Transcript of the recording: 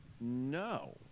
no